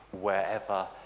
wherever